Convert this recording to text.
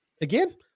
again